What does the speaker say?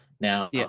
Now